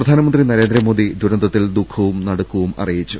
പ്രധാ നമന്ത്രി നരേന്ദ്രമോദി ദുരന്തത്തിൽ ദുഃഖവും നടുക്കവും അറിയിച്ചു